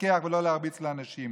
לפקח ולא להרביץ לאנשים.